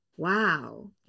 Wow